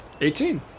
18